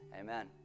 Amen